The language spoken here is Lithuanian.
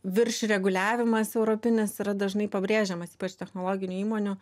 virš reguliavimas europinis yra dažnai pabrėžiamas ypač technologinių įmonių